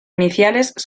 iniciales